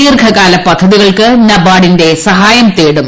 ദീർഘകാല പദ്ധതികൾക്ക് നബാർഡിന്റെ സഹായം തേടും